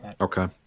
Okay